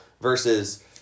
Versus